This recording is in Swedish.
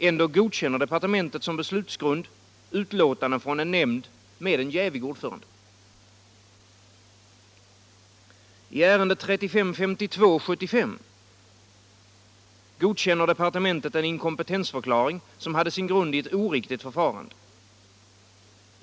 Ändå godkänner departementet som beslutsgrund utlåtande från en nämnd med en jävig ordförande. I ärendet 3552/75 godkänner departementet en inkompetensförklaring, | som hade sin grund i ett oriktigt förfarande.